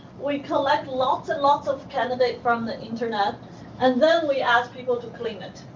we collect lots and lots of candidate from the internet and then we ask people to clean it.